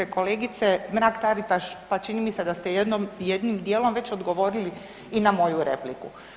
Kolegice Mrak Taritaš, pa čini mi se da ste jednim dijelom već odgovorili i na moju repliku.